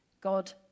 God